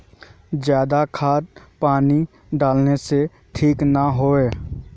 ज्यादा खाद पानी डाला से ठीक ना होए है?